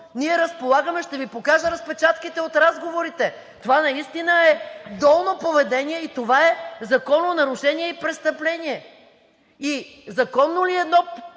Ние разполагаме, ще Ви покажа разпечатките от разговорите. Това наистина е долно поведение и това закононарушение е престъпление. И законно ли е едно